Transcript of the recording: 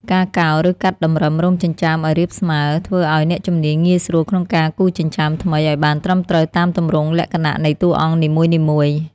ការកោរ ឬកាត់តម្រឹមរោមចិញ្ចើមឲ្យរាបស្មើ ធ្វើឲ្យអ្នកជំនាញងាយស្រួលក្នុងការគូរចិញ្ចើមថ្មីឲ្យបានត្រឹមត្រូវតាមទម្រង់លក្ខណៈនៃតួអង្គនីមួយៗ។